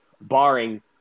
barring